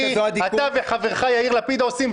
אתה וחברך יאיר לפיד עושים,